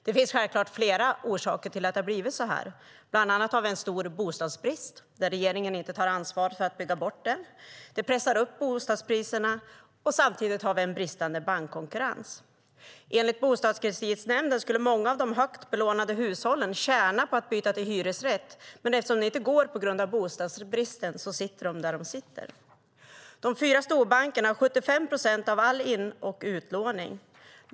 Det finns självklart flera orsaker till att det har blivit så, bland annat råder det stor bostadsbrist, där regeringen inte tar ansvar för att bygga bort den. Bostadsbristen pressar upp bostadspriserna. Samtidigt råder det en bristande bankkonkurrens. Enligt Bostadskreditnämnden skulle många av de högt belånade hushållen tjäna på att byta till hyresrätt, men eftersom det inte går på grund av bostadsbristen sitter de där de sitter. De fyra storbankerna har 75 procent av all in och utlåning.